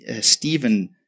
Stephen